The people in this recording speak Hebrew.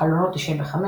חלונות 95,